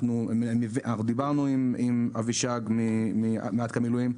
דיברנו עם אבישג מאכ"א מילואים.